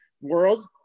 world